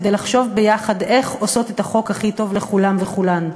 כדי לחשוב ביחד איך עושות את החוק הכי טוב לכולם וכולנו.